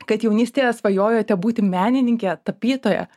kad jaunystėje svajojote būti menininke tapytoja